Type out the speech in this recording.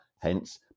Hence